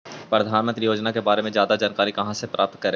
प्रधानमंत्री योजना के बारे में जादा जानकारी कहा से प्राप्त करे?